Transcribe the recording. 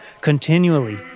Continually